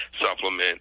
supplement